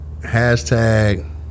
Hashtag